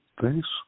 thanks